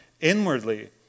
inwardly